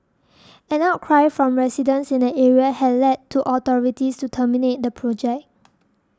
an outcry from residents in the area had led the authorities to terminate the project